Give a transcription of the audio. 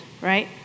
right